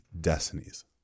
destinies